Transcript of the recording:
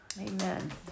Amen